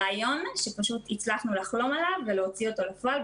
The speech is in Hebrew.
רעיון שפשוט הצלחנו לחלום עליו ולהוציא אותו לפועל.